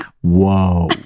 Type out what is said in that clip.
Whoa